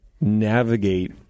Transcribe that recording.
navigate